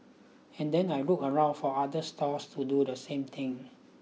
and then I'll look around for other stalls to do the same thing